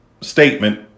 statement